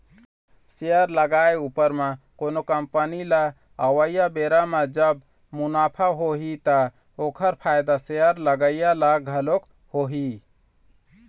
share लगाए उपर म कोनो कंपनी ल अवइया बेरा म जब मुनाफा होही ता ओखर फायदा शेयर लगइया ल घलोक होही